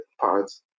parts